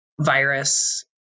virus